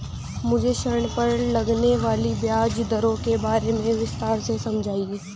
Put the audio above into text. मुझे ऋण पर लगने वाली ब्याज दरों के बारे में विस्तार से समझाएं